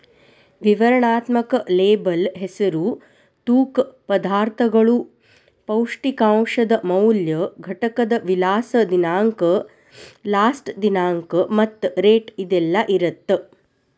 ವಿವರಣಾತ್ಮಕ ಲೇಬಲ್ ಹೆಸರು ತೂಕ ಪದಾರ್ಥಗಳು ಪೌಷ್ಟಿಕಾಂಶದ ಮೌಲ್ಯ ಘಟಕದ ವಿಳಾಸ ದಿನಾಂಕ ಲಾಸ್ಟ ದಿನಾಂಕ ಮತ್ತ ರೇಟ್ ಇದೆಲ್ಲಾ ಇರತ್ತ